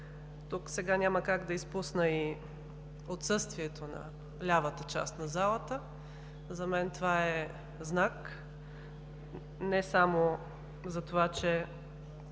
Тук няма как да изпусна и отсъствието на лявата част на залата. За мен това е знак не само за това, че,